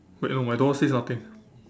wait no my door says nothing